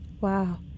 Wow